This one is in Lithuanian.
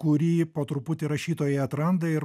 kurį po truputį rašytojai atranda ir